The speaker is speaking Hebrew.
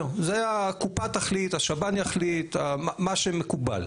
זה הקופה תחליט, השב"ן יחליט, מה שמקובל.